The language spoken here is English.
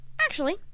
Actually